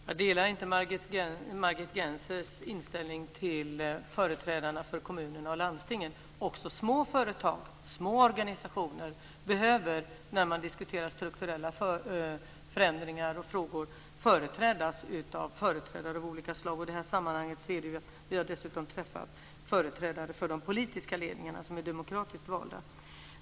Herr talman! Jag delar inte Margit Gennsers inställning till företrädarna för kommunerna och landstingen. Också små företag och organisationer behöver, när man diskuterar strukturella förändringar och frågor, företrädas av företrädare av olika slag. I det här sammanhanget har vi dessutom träffat företrädare för de politiska ledningarna som är demokratiskt valda.